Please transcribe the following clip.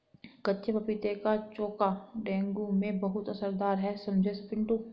कच्चे पपीते का चोखा डेंगू में बहुत असरदार है समझे पिंटू